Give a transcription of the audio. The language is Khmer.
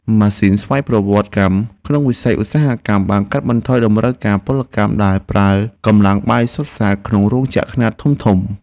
ម៉ាស៊ីនស្វ័យប្រវត្តិកម្មក្នុងវិស័យឧស្សាហកម្មបានកាត់បន្ថយតម្រូវការកម្លាំងពលកម្មដែលប្រើកម្លាំងបាយសុទ្ធសាធក្នុងរោងចក្រខ្នាតធំៗ។